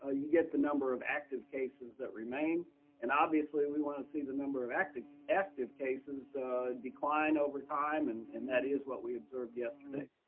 ah you get the number of active cases that remain and obviously we want to see the number of active active cases decline over time. and and that is what we observed yesterday.